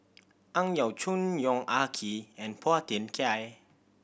Ang Yau Choon Yong Ah Kee and Phua Thin Kiay